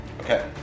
Okay